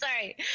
sorry